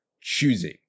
choosing